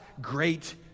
great